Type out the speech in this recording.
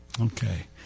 Okay